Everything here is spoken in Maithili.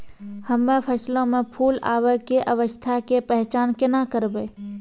हम्मे फसलो मे फूल आबै के अवस्था के पहचान केना करबै?